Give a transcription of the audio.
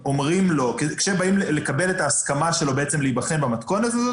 כשבאים לקבל את ההסכמה שלו להיבחן במתכונת הזאת,